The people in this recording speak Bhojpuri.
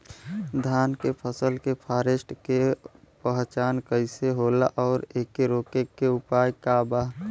धान के फसल के फारेस्ट के पहचान कइसे होला और एके रोके के उपाय का बा?